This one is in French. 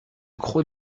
crot